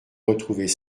retrouvait